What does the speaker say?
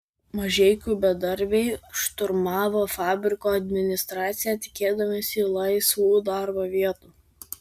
mažeikių bedarbiai šturmavo fabriko administraciją tikėdamiesi laisvų darbo vietų